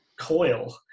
coil